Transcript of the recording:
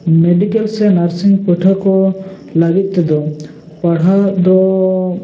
medical ᱥᱮ nursing ᱯᱟᱹᱴᱷᱩᱭᱟᱹ ᱠᱚ ᱞᱟᱹᱜᱤᱫ ᱛᱮᱫᱚ ᱯᱟᱲᱦᱟᱜ ᱫᱚ